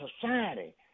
society